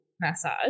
Massage